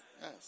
Yes